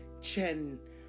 Chen